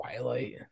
Twilight